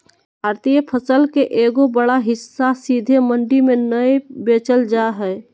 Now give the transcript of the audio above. भारतीय फसल के एगो बड़ा हिस्सा सीधे मंडी में नय बेचल जा हय